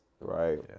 right